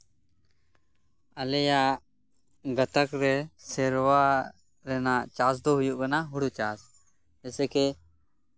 ᱟᱞᱮᱭᱟᱜ ᱜᱟᱛᱟᱠ ᱨᱮ ᱥᱮᱨᱣᱟ ᱨᱮᱱᱟᱜ ᱪᱟᱥ ᱫᱚ ᱦᱩᱭᱩᱜ ᱠᱟᱱᱟ ᱦᱩᱲᱩ ᱪᱟᱥ ᱡᱮᱭᱥᱮ ᱠᱤ